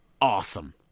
Awesome